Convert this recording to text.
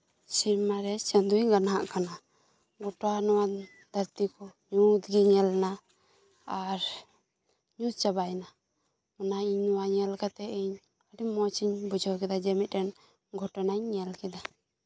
ᱥᱮᱨᱢᱟ ᱨᱮ ᱪᱟᱸᱫᱚᱭ ᱜᱟᱱᱦᱟᱜ ᱠᱟᱱᱟ ᱜᱚᱴᱟ ᱱᱚᱶᱟ ᱫᱷᱟᱹᱨᱛᱤ ᱠᱚ ᱧᱩᱛ ᱜᱮ ᱧᱮᱞ ᱮᱱᱟ ᱟᱨ ᱧᱩᱛ ᱪᱟᱵᱟᱭᱮᱱᱟ ᱱᱚᱶᱟ ᱧᱮᱞ ᱠᱟᱛᱮ ᱤᱧ ᱟᱹᱰᱤ ᱢᱚᱡᱽᱜᱤᱧ ᱵᱩᱡᱷᱟᱹᱣ ᱠᱮᱫᱟ ᱡᱮ ᱤᱧ ᱢᱤᱫᱴᱮᱱ ᱜᱷᱚᱴᱚᱱᱟᱧ ᱧᱮᱞ ᱠᱮᱫᱟ